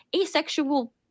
asexual